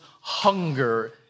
hunger